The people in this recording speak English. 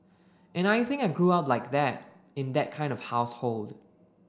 and I think I grew up like that in that kind of household